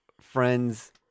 friends